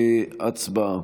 הצבעה.